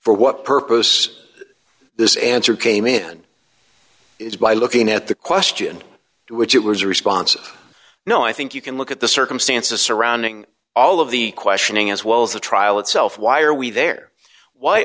for what purpose this answer came it by looking at the question which it was a response no i think you can look at the circumstances surrounding all of the questioning as well as the trial itself why are we there why